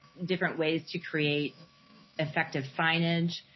different ways to create effective signage,